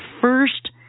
first